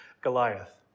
Goliath